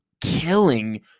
killing